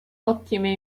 ottime